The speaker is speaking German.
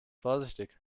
vorsichtig